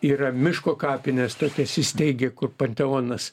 yra miško kapinės tokias įsteigia kur panteonas